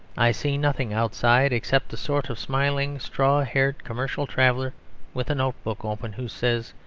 i see nothing outside, except a sort of smiling, straw-haired commercial traveller with a notebook open, who says,